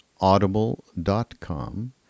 audible.com